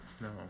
No